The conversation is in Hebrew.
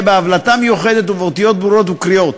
בהבלטה מיוחדת ובאותיות ברורות וקריאות,